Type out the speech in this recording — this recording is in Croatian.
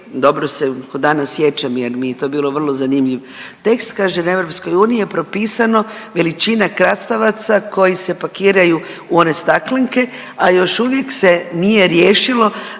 dobro se ko danas sjećam jer mi je to bilo vrlo zanimljiv tekst,